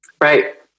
Right